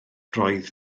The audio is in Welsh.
roedd